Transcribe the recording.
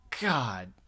God